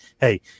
hey –